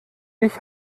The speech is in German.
ich